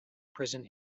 prison